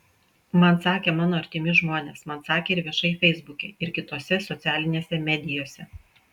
man sakė mano artimi žmonės man sakė ir viešai feisbuke ir kitose socialinėse medijose